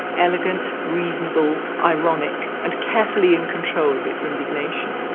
elegant, reasonable, ironic, and carefully in control of its indignation.